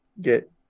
get